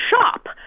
shop